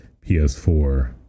PS4